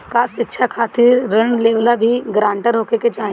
का शिक्षा खातिर ऋण लेवेला भी ग्रानटर होखे के चाही?